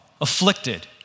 afflicted